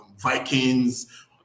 Vikings